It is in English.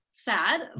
sad